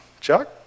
Chuck